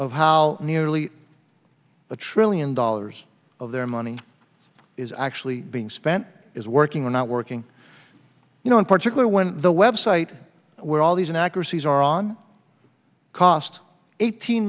of how nearly a trillion dollars of their money is actually being spent is working or not working you know in particular when the web site where all these inaccuracies are on cost eighteen